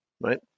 Right